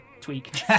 tweak